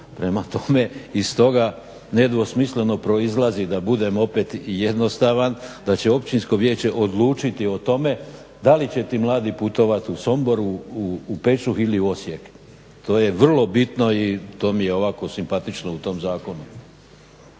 Prema tome, iz toga nedvosmisleno proizlazi da budem opet jednostavan, da će općinsko vijeće odlučiti o tome da li će ti mladi putovat u Sombor, u Pečuh ili u Osijek. To je vrlo bitno i to mi je ovako simpatično u tom zakonu.